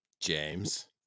james